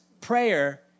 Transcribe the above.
prayer